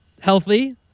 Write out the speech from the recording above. healthy